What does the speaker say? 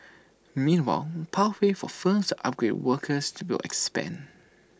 meanwhile pathways for firms to upgrade workers will expand